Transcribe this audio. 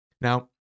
now